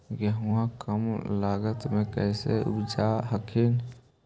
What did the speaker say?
गेहुमा कम लागत मे कैसे उपजाब हखिन?